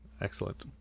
Excellent